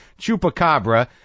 Chupacabra